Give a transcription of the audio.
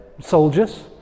Soldiers